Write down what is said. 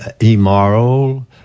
immoral